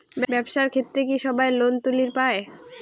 ব্যবসার ক্ষেত্রে কি সবায় লোন তুলির পায়?